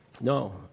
No